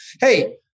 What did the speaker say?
hey